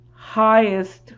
highest